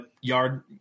yard